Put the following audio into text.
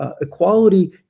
equality